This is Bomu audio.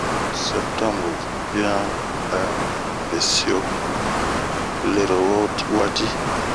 Sɛbutanbere pian a han f bei sioo lero wo wati.